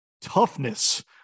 toughness